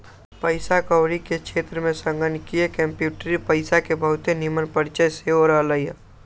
पइसा कौरी के क्षेत्र में संगणकीय कंप्यूटरी पइसा के बहुते निम्मन परिचय सेहो रहलइ ह